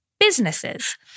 businesses